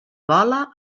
vola